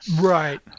Right